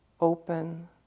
open